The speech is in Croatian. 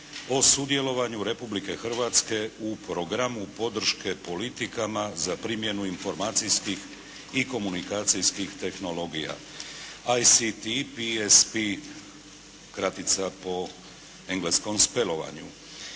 o sudjelovanju Republike Hrvatske u programu podrške politikama za primjenu informacijskih i komunikacijskih tehnologija, ICT PSP kratica po engleskom spelovanju.